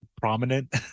prominent